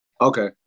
Okay